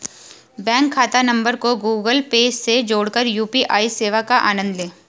bank खाता नंबर को गूगल पे से जोड़कर यू.पी.आई सेवा का आनंद लें